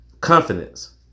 confidence